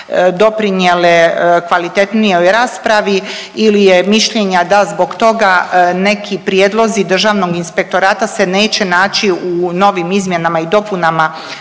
doprinijele kvalitetnijoj raspravi ili je mišljenja da zbog toga neki prijedlozi Državnog inspektorata se neće naći u novim izmjenama i dopunama